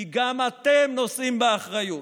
כי גם אתם נושאים באחריות.